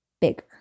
bigger